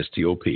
Stop